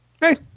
hey